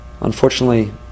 unfortunately